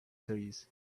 trees